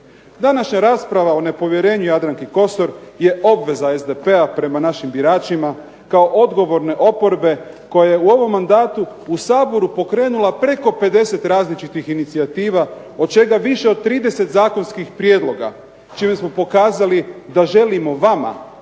Današnja rasprava o nepovjerenju Jadranki Kosor je obveza SDP-a prema našim biračima kao odgovorne oporbe koja je u ovom mandatu u Saboru pokrenula preko 50 različitih inicijativa od čega više od 30 zakonskih prijedloga čime smo pokazali da želimo vama,